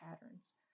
patterns